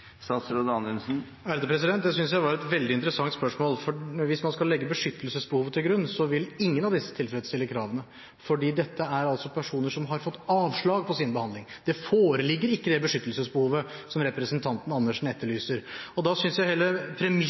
jeg er et veldig interessant spørsmål. Hvis man skal legge beskyttelsesbehovet til grunn, vil ingen av disse tilfredsstille kravene, fordi dette er personer som har fått avslag på sin søknad. Det foreligger ikke det beskyttelsesbehovet som representanten Andersen viser til, og da synes jeg hele